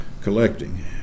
collecting